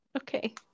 okay